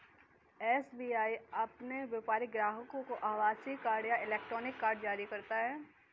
SBI अपने व्यापारिक ग्राहकों को आभासीय कार्ड या इलेक्ट्रॉनिक कार्ड जारी करता है